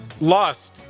Lost